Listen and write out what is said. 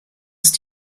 ist